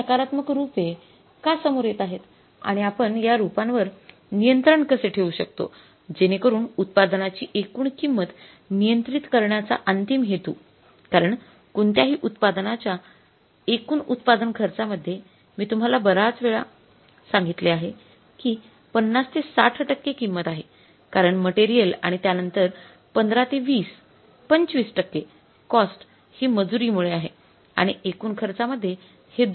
हे नकारात्मक रूपे का समोर येत आहेत आणि आपण या रूपांवर नियंत्रण कसे ठेवू शकतो जेणेकरून उत्पादनाची एकूण किंमत नियंत्रित करण्याचा अंतिम हेतू कारण कोणत्याही उत्पादनांच्या एकूण उत्पादन खर्चामध्ये मी तुम्हाला बर्याच वेळा सांगितले आहे की ५० ते ६० टक्के किंमत आहे कारण मटेरियल आणि त्यानंतर १५ ते २० २५ टक्के कॉस्ट हि मजुरीमुळे आहे आणि एकूण खर्चामध्ये हे दोन अतिशय महत्त्वाचे घटक आहेत